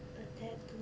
a tattoo